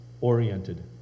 oriented